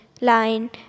Line